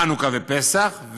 חנוכה ופסח,